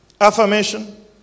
affirmation